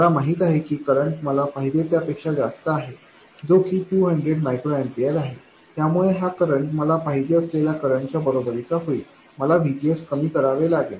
मला माहित आहे की करंट मला पाहिजे त्या पेक्षा जास्त आहे जो की 200 मायक्रो एम्पीयर आहे त्यामुळे हा करंट मला पाहिजे असलेल्या करंटच्या बरोबरीचा होईपर्यंत मला VGSकमी करावे लागेल